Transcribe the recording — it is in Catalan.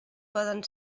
poden